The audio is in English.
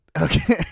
Okay